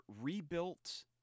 rebuilt